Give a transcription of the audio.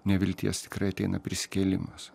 nevilties tikrai ateina prisikėlimas